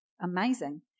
amazing